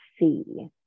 see